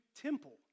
temple